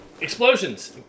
explosions